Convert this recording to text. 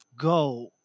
go